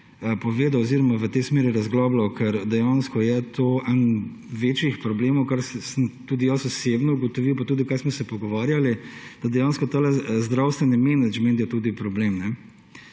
povedal oziroma v tej smeri razglabljal. Dejansko je to eden večjih problemov, kar sem tudi jaz osebno ugotovil pa tudi kar smo se pogovarjali, da ta zdravstveni menedžment je tudi problem,